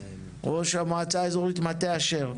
ראש המועצה האזורית מטה אשר.